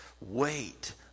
Wait